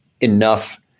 enough